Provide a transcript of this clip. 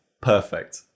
Perfect